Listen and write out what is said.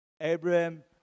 Abraham